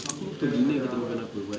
aku lupa dinner kita makan apa but